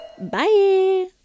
Bye